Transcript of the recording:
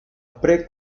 pre